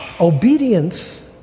Obedience